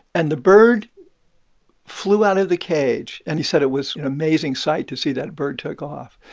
and the bird flew out of the cage. and he said it was an amazing sight to see that bird take off.